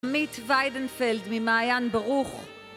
מיט ויידנפלד ממעיין ברוך